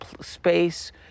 space